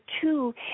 two